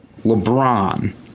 LeBron